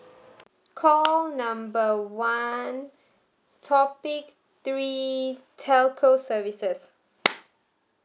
call number one topic three telco services